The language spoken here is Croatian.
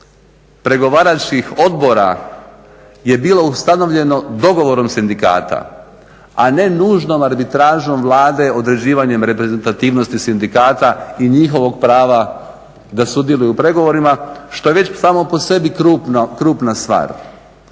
pregovaračkih odbora je bilo ustanovljeno dogovorom sindikata, a ne nužnom arbitražom Vlade, određivanjem reprezentativnosti sindikata i njihovog prava da sudjeluje u pregovorima, što je već samo po sebi krupna stvar.